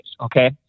okay